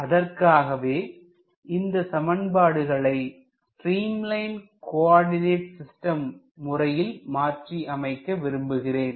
அதற்காகவே இந்த சமன்பாடுகளை ஸ்ட்ரீம் லைன் கோஆர்டினேட் சிஸ்டம் முறையில் மாற்றி அமைக்க விரும்புகிறேன்